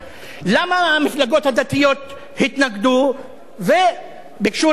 למה המפלגות הדתיות התנגדו וביקשו רוויזיה,